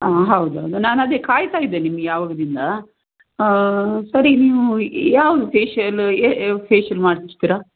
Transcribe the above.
ಹಾಂ ಹೌದೌದು ನಾನದೇ ಕಾಯ್ತಾ ಇದ್ದೆ ನಿಮಗೆ ಆವಾಗದಿಂದ ಸರಿ ನೀವು ಯಾವ ಫೇಶಿಯಲ್ ಫೇಶಿಯಲ್ ಮಾಡಿಸ್ತೀರಾ